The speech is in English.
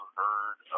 heard